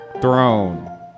throne